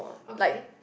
okay